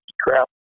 crap